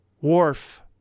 wharf